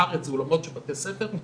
בארץ זה אולמות של בתי ספר,